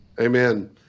Amen